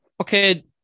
okay